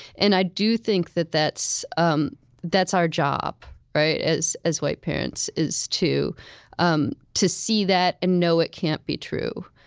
and i do think that that's um that's our job as as white parents, is to um to see that and know it can't be true.